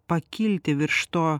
pakilti virš to